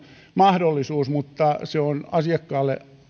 mahdollisuus mutta se on asiakkaalle